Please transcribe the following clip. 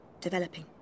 developing